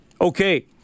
Okay